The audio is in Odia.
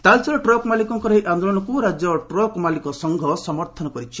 ତାଳଚେର ଟ୍ରକ୍ ମାଲିକଙ୍କ ଏହି ଆଦୋଳନକୁ ରାଜ୍ୟ ଟ୍ରକ୍ ମାଲିକ ସଂଘ ସମର୍ଥନ କରିଛି